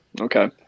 Okay